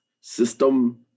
system